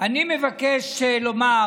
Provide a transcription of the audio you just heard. אני מבקש לומר